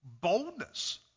boldness